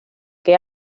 que